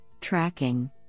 tracking